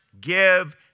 give